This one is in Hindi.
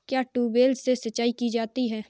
क्या ट्यूबवेल से सिंचाई की जाती है?